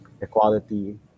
equality